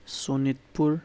Sonitpur